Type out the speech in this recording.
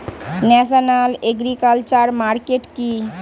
National agriculture market কি?